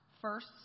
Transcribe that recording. first